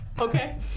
Okay